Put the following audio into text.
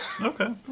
Okay